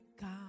God